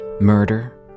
Murder